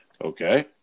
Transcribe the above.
Okay